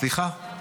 סליחה.